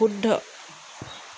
শুদ্ধ